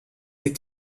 est